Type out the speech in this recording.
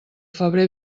febrer